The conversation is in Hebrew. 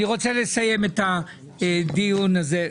אני רוצה לסיים את הדיון הזה.